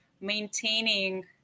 maintaining